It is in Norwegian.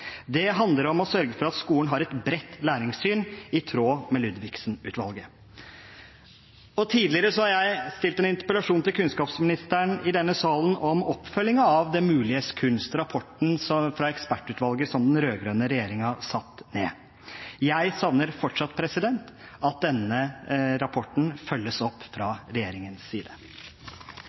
Det handler om å sørge for at skolen har et bredt læringssyn, i tråd med Ludvigsen-utvalget. Tidligere har jeg stilt en interpellasjon til kunnskapsministeren i denne salen om oppfølgingen av «Det muliges kunst», rapporten fra ekspertutvalget som den rød-grønne regjeringen satte ned. Jeg savner fortsatt at denne rapporten følges opp fra regjeringens side.